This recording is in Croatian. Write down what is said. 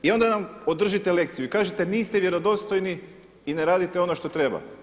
I onda nam održite lekciju i kažete niste vjerodostojni i ne radite ono što treba.